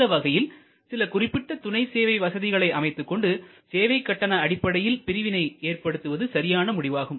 இந்த வகையில் சில குறிப்பிட்ட துணை சேவை வசதிகளை அமைத்துக்கொண்டு சேவை கட்டண அடிப்படையில் பிரிவினை ஏற்படுத்துவது சரியான முடிவாகும்